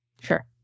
Sure